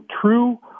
True